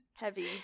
Heavy